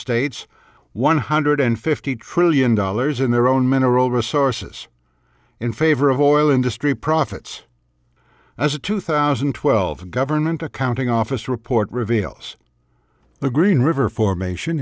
states one hundred fifty trillion dollars in their own mineral resources in favor of oil industry profits as a two thousand and twelve government accounting office report reveals the green river formation